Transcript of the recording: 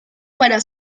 para